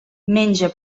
menja